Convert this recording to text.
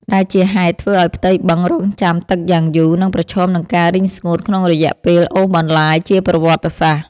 ដែលជាហេតុធ្វើឱ្យផ្ទៃបឹងត្រូវរង់ចាំទឹកយ៉ាងយូរ និងប្រឈមនឹងការរីងស្ងួតក្នុងរយៈពេលអូសបន្លាយជាប្រវត្តិសាស្ត្រ។